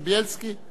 ביקשת לדבר?